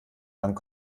gang